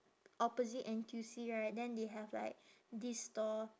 opposite N_T_U_C right then they have like this store